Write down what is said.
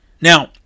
Now